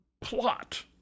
plot